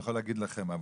אני יכול להגיד לכם,